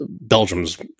Belgium's